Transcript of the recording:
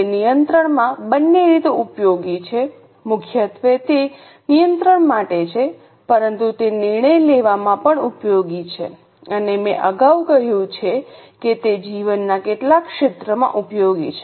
તે નિયંત્રણમાં બંને રીતે ઉપયોગી છે મુખ્યત્વે તે નિયંત્રણ માટે છે પરંતુ તે નિર્ણય લેવામાં પણ ઉપયોગી છે અને મેં અગાઉ કહ્યું છે કે તે જીવનના કેટલાક ક્ષેત્રમાં ઉપયોગી છે